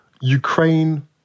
Ukraine